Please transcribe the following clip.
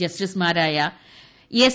ജസ്റ്റിസുമാരായ എസ്